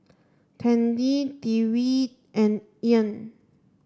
Tandy Dewitt and Ean